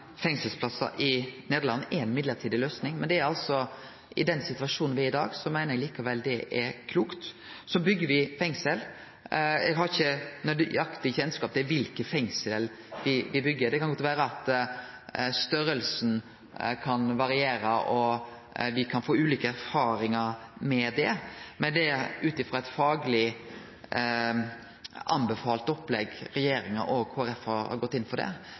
fengselsplassar i Nederland, er ei mellombels løysing, men i den situasjonen me er i i dag, meiner eg likevel det er klokt. Så byggjer me fengsel. Eg har ikkje nøyaktig kjennskap til kva fengsel me byggjer. Det kan godt vere at storleiken kan variere, og at me kan få ulike erfaringar med det. Men det er ut frå eit fagleg tilrådd opplegg at regjeringa og Kristeleg Folkeparti har gått inn for det.